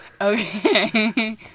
Okay